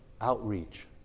outreach